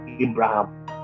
Abraham